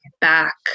back